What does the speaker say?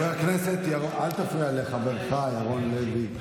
אל תפריע לחברך ירון לוי.